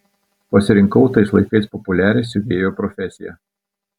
pasirinkau tais laikais populiarią siuvėjo profesiją